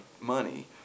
money